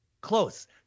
Close